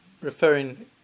referring